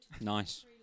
nice